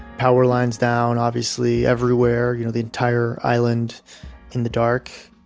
power lines down obviously everywhere. you know, the entire island in the dark.